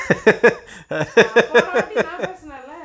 போனவாட்டி நா பேசுனல:ponavaati naa pesunala